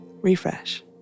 Refresh